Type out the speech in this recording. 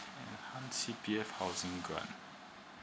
C_P_F housing grant